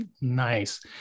Nice